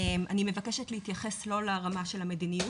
אני מבקשת להתייחס לא לרמה של המדיניות,